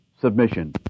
submission